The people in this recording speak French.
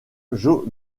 joe